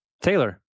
Taylor